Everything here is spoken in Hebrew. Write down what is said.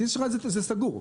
זה סגור.